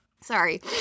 sorry